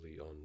On